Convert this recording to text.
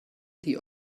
die